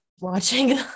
watching